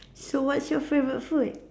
so what's your favorite food